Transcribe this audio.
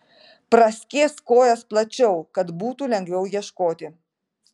praskėsk kojas plačiau kad būtų lengviau ieškoti